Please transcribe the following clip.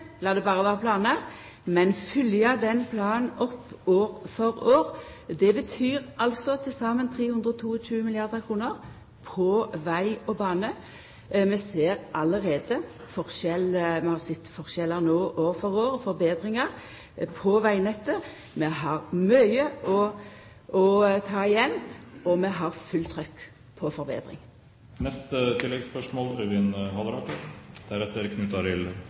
la det vera planar, men følgja den planen opp år for år. Det betyr til saman 322 mrd. kr på veg og bane. Vi ser allereie forskjell. Vi har no sett forskjellar år for år og forbetringar på vegnettet. Vi har mykje å ta igjen, og vi har fullt trykk på